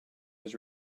was